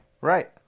Right